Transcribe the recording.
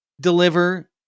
deliver